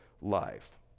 life